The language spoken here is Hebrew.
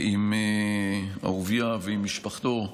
עם אהוביה ועם משפחתו,